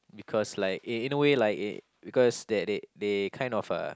because like in in a way like it because that they they kind of uh